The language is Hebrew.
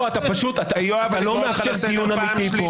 אתה לא מאפשר דיון אמיתי פה.